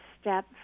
step